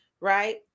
right